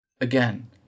Again